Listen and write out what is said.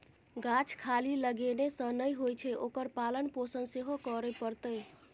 गाछ खाली लगेने सँ नै होए छै ओकर पालन पोषण सेहो करय पड़तै